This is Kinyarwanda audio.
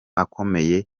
akomeye